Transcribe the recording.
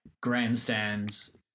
grandstands